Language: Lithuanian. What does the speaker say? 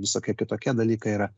visokie kitokie dalykai yra